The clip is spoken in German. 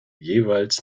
jeweils